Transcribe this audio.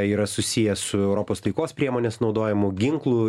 yra susiję su europos taikos priemonės naudojimu ginklų